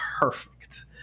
perfect